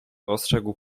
ostrzegł